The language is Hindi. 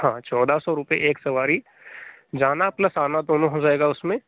हाँ चौदह सौ रुपए एक सवारी जाना प्लस आना दोनों हो जाएगा उसमें